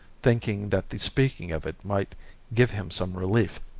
thinking that the speaking of it might give him some relief,